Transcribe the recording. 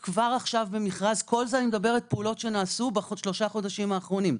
כל אלה פעולות שנעשו בשלושת החודשים האחרונים.